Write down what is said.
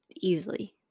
easily